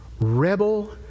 rebel